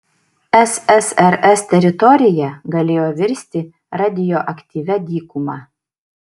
ssrs teritorija galėjo virsti radioaktyvia dykuma